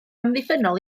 amddiffynnol